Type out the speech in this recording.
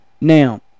Now